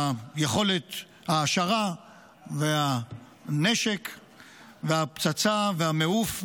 יכולת ההעשרה והנשק והפצצה והמעוף.